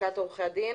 מלשכת עורכי הדין,